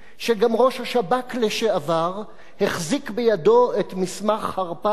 שגם ראש השב"כ לשעבר החזיק בידו את מסמך הרפז